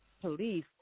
Police